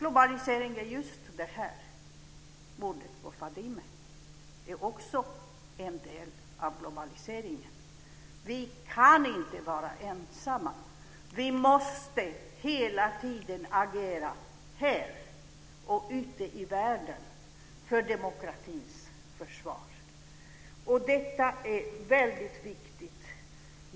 Mordet på Fadime är också en del av globaliseringen. Vi kan inte vara ensamma. Vi måste hela tiden agera här och ute i världen för demokratins försvar. Detta är väldigt viktigt.